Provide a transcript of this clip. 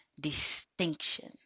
distinction